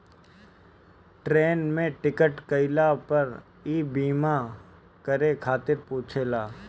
train में ticket कईला पअ इ बीमा करे खातिर पुछेला